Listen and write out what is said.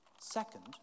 Second